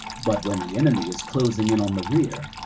but when the enemy is closing in on the rear,